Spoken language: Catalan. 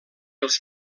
els